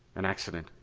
an accident,